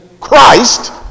Christ